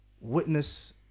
witness